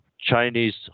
Chinese